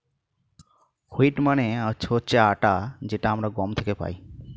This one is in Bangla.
হুইট মানে হচ্ছে আটা যেটা আমরা গম থেকে পাই